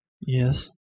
Yes